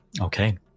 okay